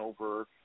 over